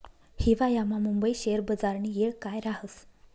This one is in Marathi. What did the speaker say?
हिवायामा मुंबई शेयर बजारनी येळ काय राहस